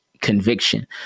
conviction